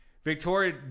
Victoria